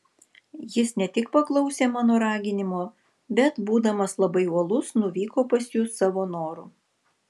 jis ne tik paklausė mano raginimo bet būdamas labai uolus nuvyko pas jus savo noru